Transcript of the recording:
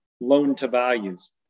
loan-to-values